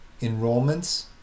enrollments